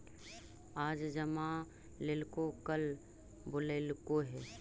आज जमा लेलको कल बोलैलको हे?